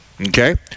okay